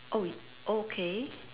oh y~ okay